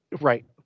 Right